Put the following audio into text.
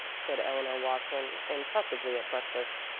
said eleanor watson impressively at breakfast.